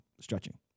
stretching